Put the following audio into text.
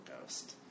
ghost